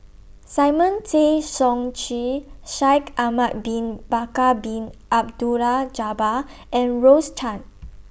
Simon Tay Seong Chee Shaikh Ahmad Bin Bakar Bin Abdullah Jabbar and Rose Chan